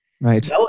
Right